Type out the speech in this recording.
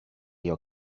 your